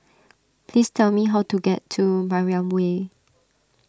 please tell me how to get to Mariam Way